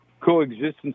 coexistence